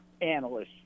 analysts